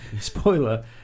spoiler